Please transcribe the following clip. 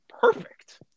perfect